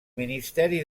ministeri